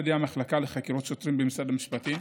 ידי המחלקה לחקירות שוטרים במשרד המשפטים.